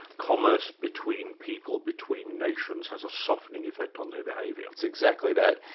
commerce between people, between nations, has a softening effect on their behaviour. it's exactly that.